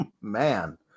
man